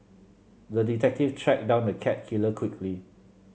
the detective tracked down the cat killer quickly